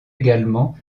également